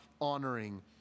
honoring